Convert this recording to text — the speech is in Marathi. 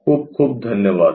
खूप खूप धन्यवाद